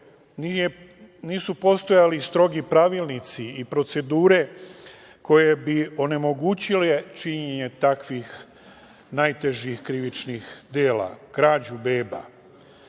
nisu postojali strogi pravilnici i procedure koje bi onemogućile činjenje takvih najtežih krivičnih dela, krađu